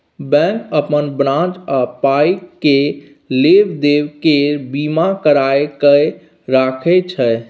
bank अपन branch आ पाइ केर लेब देब केर बीमा कराए कय राखय छै